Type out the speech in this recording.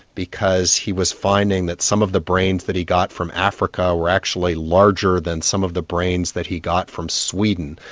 because he was finding that some of the brains that he got from africa were actually larger than some of the brains he got from sweden.